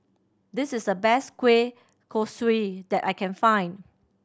this is the best kueh kosui that I can find